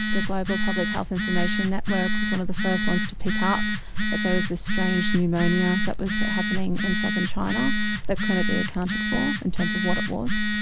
the global public health information network was one of the first ones to pick up that there was a strange pneumonia that was happening in southern china that couldn't be accounted for in terms of what it was.